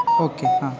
okay हां